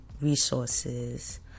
resources